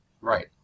Right